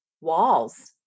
walls